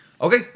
Okay